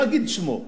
לא אגיד את שמו,